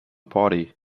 party